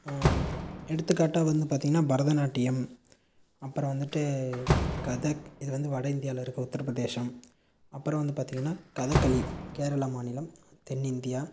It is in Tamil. எடுத்துக்காட்டாக வந்து பார்த்தீங்கன்னா பரதநாட்டியம் அப்புறம் வந்துவிட்டு கதக் இது வந்து வட இந்தியாவில் இருக்க உத்திரப்பிரதேஷம் அப்புறம் வந்து பார்த்தீங்கன்னா கதக்களி கேரளா மாநிலம் தென்னிந்தியா